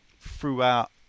throughout